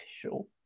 official